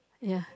ya